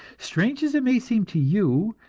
strange as it may seem to you,